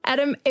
Adam